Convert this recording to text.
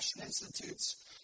institutes